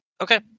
Okay